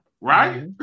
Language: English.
right